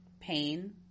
pain